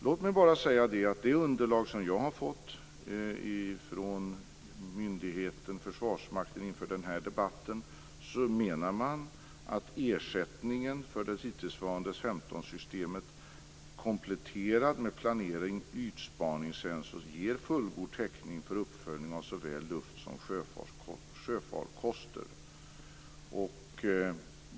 Låt mig bara säga att i det underlag som jag har fått från myndigheten, Försvarsmakten, inför denna debatt menar man att ersättningen för det hittillsvarande 15-systemet kompletterat med planerade ytspaningssensorer ger fullgod täckning för uppföljning av såväl luft som sjöfarkoster.